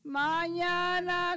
mañana